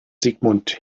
sigmund